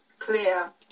Clear